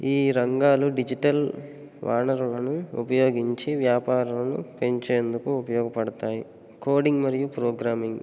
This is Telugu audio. ఈ రంగాలు డిజిటల్ వనరులను ఉపయోగించి వ్యాపారాలను పెంచేందుకు ఉపయోగపడతాయి కోడింగ్ మరియు ప్రోగ్రామింగ్